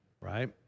right